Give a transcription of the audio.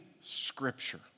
Scripture